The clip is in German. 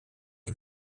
ein